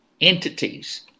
entities